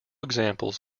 examples